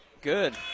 Good